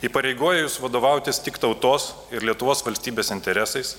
įpareigoja jus vadovautis tik tautos ir lietuvos valstybės interesais